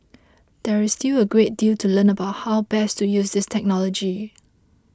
there is still a great deal to learn about how best to use this technology